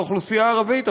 לאוכלוסייה הערבית,